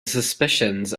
suspicions